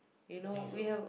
I think so